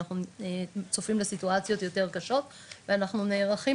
אנחנו צופים לסיטואציות יותר קשות ואנחנו נערכים